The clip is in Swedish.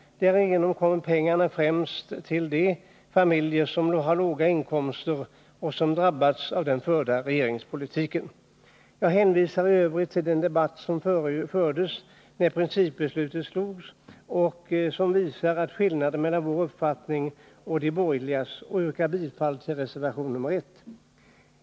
Därigenom kommer pengarna främst till de familjer som har låga inkomster och som drabbats av den förda regeringspolitiken. Jag hänvisar i övrigt till den debatt som fördes när principbeslutet fattades, som visar skillnaden mellan vår uppfattning och de borgerligas, och yrkar bifall till vår reservation nr 1.